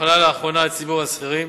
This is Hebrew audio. שהוחלה לאחרונה על ציבור השכירים.